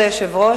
אדוני היושב-ראש,